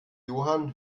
johann